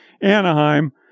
Anaheim